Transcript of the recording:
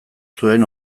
zuen